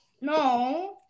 No